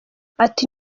ati